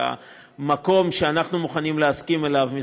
והמקום שאנחנו מוכנים להסכים עליו,